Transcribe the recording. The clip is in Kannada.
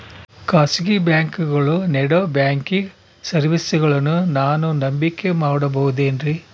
ಖಾಸಗಿ ಬ್ಯಾಂಕುಗಳು ನೇಡೋ ಬ್ಯಾಂಕಿಗ್ ಸರ್ವೇಸಗಳನ್ನು ನಾನು ನಂಬಿಕೆ ಮಾಡಬಹುದೇನ್ರಿ?